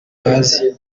bazi